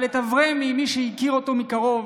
אבל אבריימי, מי שהכיר אותו מקרוב